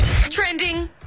Trending